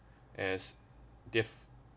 as they've